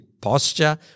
posture